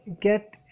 get